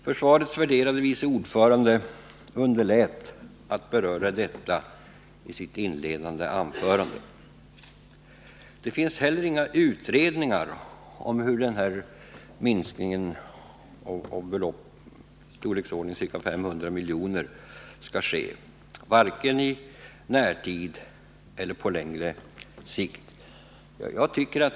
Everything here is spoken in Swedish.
Försvarsutskottets värderade vice ordförande underlät att beröra detta i sitt inledande anförande. Det finns heller inga utredningar om hur den här minskningen med belopp i storleksordningen 500 milj.kr. skall ske, varken i närtid eller på längre sikt.